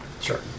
Sure